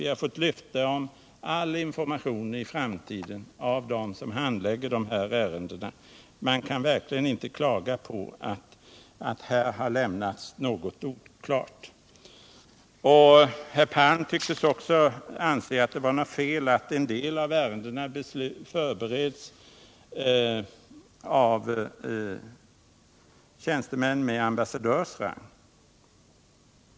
Vi har fått löfte om all information i framtiden av dem som handlägger de här ärendena. Man kan verkligen inte klaga på att här har lämnats något oklart. Herr Palm tyckte också att det var något fel i att en del av ärendena förbereds av tjänstemän med ambassadörs rang.